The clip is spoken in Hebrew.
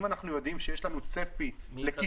אם אנחנו יודעים שיש לנו צפי לקיטון